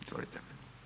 Izvolite.